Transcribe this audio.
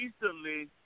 recently